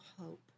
hope